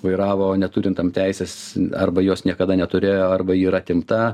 vairavo neturint tam teisės arba jos niekada neturėjo arba ji yra atimta